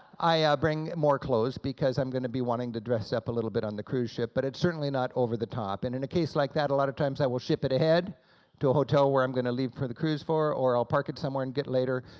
i ah bring more clothes because i'm going to be wanting to dress up a little bit on the cruise ship, but it's certainly not over the top. and in a case like that, a lot of times i will ship it ahead to a hotel where i'm going to leave for the cruise for, or i'll park it somewhere and get it later,